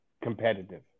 competitive